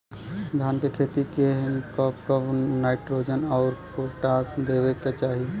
धान के खेती मे कब कब नाइट्रोजन अउर पोटाश देवे के चाही?